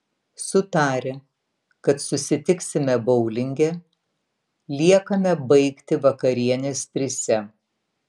sutarę kad susitiksime boulinge liekame baigti vakarienės trise